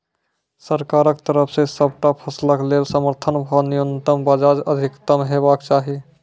सरकारक तरफ सॅ सबटा फसलक लेल समर्थन भाव न्यूनतमक बजाय अधिकतम हेवाक चाही?